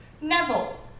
Neville